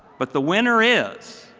but the winner is